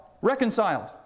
reconciled